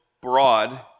broad